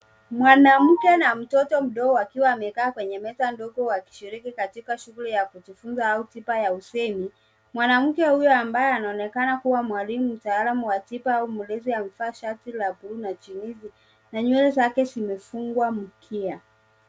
Mwanamke na mtoto mdogo wakiwa wamekaa kwenye meza ndogo wakishiriki katika shughuli ya kujifunza au tiba ya usemi. Mwanamke huyo ambaye anaonekana kuwa mwalimu, mtaalam wa tiba, au mlezi amevaa shati la bluu na jeans , na nywele zake zimefungwa mkia.